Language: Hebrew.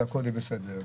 הכול יהיה בסדר.